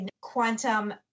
quantum